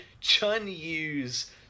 Chun-Yu's